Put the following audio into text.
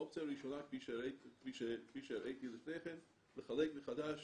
אופציה ראשונה כפי שהראיתי לפני כן, לחלק מחדש